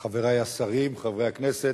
חברי השרים, חברי הכנסת,